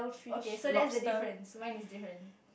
okay so that's the difference one is different